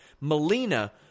Melina